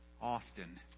often